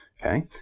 Okay